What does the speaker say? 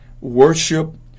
worship